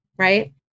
right